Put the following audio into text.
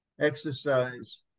exercise